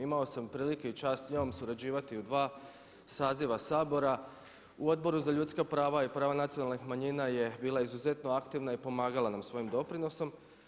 Imao sam prilike i čast s njom surađivati u dva saziva Sabora, u Odboru za ljudska prava i prava nacionalnih manjina je bila izuzetno aktivna i pomagala nam svojim doprinosom.